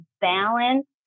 balance